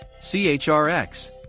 CHRX